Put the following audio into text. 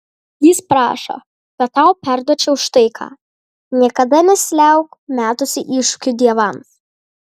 jis prašo kad tau perduočiau štai ką niekada nesiliauk metusi iššūkių dievams